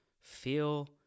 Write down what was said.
feel